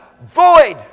void